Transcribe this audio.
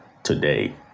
Today